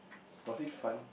was it fun